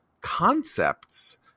concepts